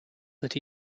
that